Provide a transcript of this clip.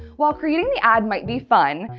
while creating the ad might be fun,